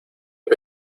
que